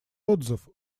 отзыв